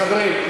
חברים,